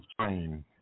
train